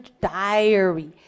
diary